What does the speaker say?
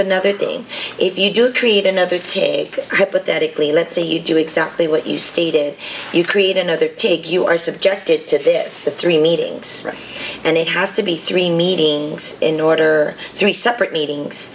another thing if you do create another take a hypothetical let's say you do exactly what you stated you create another take you are subjected to this the three meetings and it has to be three meetings in order three separate meetings